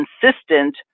consistent